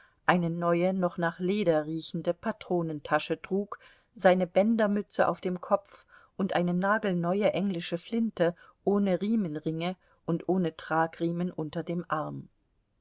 eine neue noch nach leder riechende patronentasche trug seine bändermütze auf dem kopf und eine nagelneue englische flinte ohne riemenringe und ohne tragriemen unter dem arm